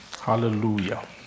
Hallelujah